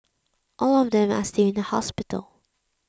all of them are still in a hospital